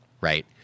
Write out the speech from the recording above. right